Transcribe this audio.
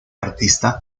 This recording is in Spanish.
artista